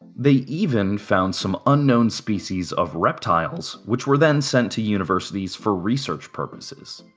they even found some unknown species of reptiles which were then sent to universities for research purposes.